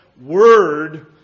Word